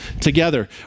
together